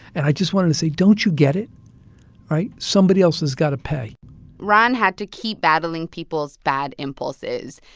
and i just wanted to say, don't you get it right? somebody else has got to pay ron had to keep battling people's bad impulses,